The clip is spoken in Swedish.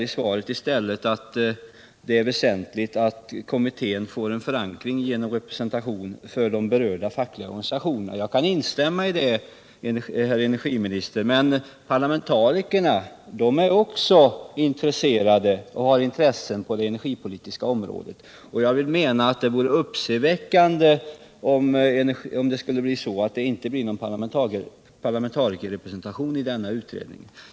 I svaret står det att det är väsentligt att kommittén får en förankring genom representation för de berörda fackliga organisationerna. Jag kan instämma i detta, herr energiminister, men även parlamentarikerna har intressen på det energipolitiska området, och jag menar att det vore uppseendeväckande om det inte blev någon parlamentarikerrepresentation i denna utredning.